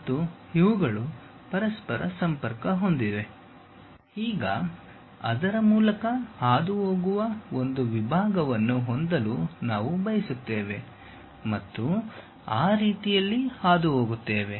ಮತ್ತು ಇವುಗಳು ಪರಸ್ಪರ ಸಂಪರ್ಕ ಹೊಂದಿವೆ ಈಗ ಅದರ ಮೂಲಕ ಹಾದುಹೋಗುವ ಒಂದು ವಿಭಾಗವನ್ನು ಹೊಂದಲು ನಾವು ಬಯಸುತ್ತೇವೆ ಮತ್ತು ಆ ರೀತಿಯಲ್ಲಿ ಹಾದುಹೋಗುತ್ತೇವೆ